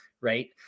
right